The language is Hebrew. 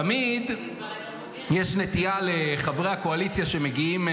תמיד יש נטייה לחברי הקואליציה שמגיעים,